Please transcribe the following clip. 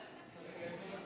סעיף 16